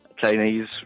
Chinese